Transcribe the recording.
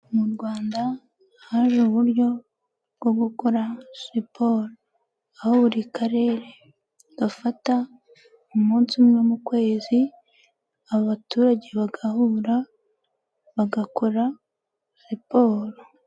Mu Rwanda haje uburyo bwo gukora siporo aho buri karere gafata umunsi umwe mu kwezi abaturage bagahura bagakora siporo.